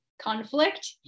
conflict